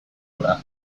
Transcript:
hura